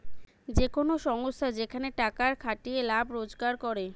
যে কোন সংস্থা যেখানে টাকার খাটিয়ে লাভ রোজগার করে